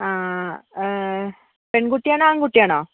ആ പെൺകുട്ടി ആണോ ആൺകുട്ടി ആണോ